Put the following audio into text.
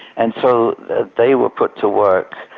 and so they were put to work,